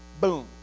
boom